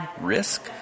Risk